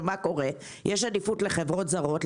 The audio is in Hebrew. יש עדיפות לחברות זרות,